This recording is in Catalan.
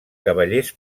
cavallers